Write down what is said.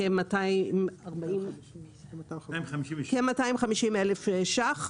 כ-250,000 שקלים,